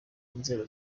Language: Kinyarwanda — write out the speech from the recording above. inzego